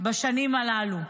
בשנים הללו.